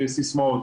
וסיסמאות.